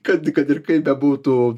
kad kad ir kaip bebūtų